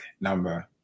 number